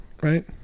Right